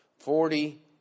Forty